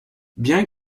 bien